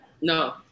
No